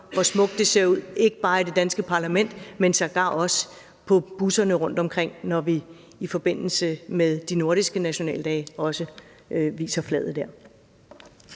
hvor smukt det ser ud, ikke bare i det danske parlament, man sågar også på busserne rundt omkring, når vi i forbindelse med de nordiske nationaldage også viser flaget dér.